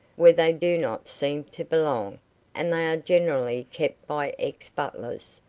where they do not seem to belong and they are generally kept by ex-butlers,